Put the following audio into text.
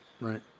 right